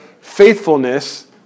faithfulness